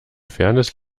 fairness